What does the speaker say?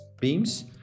beams